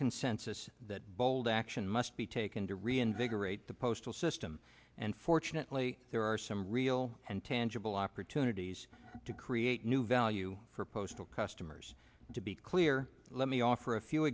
consensus that bold action must be taken to reinvigorate the postal system and fortunately there are some real and tangible opportunities to create new value for postal customers to be clear let me offer a few